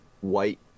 white